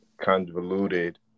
convoluted